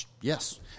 yes